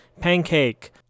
Pancake